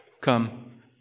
Come